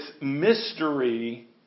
mystery